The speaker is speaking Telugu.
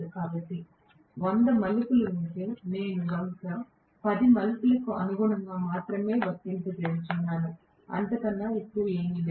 కాబట్టి వంద మలుపులు ఉంటే నేను బహుశా 10 మలుపులకు అనుగుణంగా మాత్రమే నేను వర్తింపజేస్తున్నాను అంతకన్నా ఎక్కువ ఏమీ లేదు